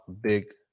big